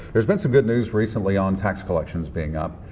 there's been some good news recently on tax collections being up.